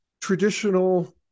traditional